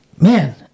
Man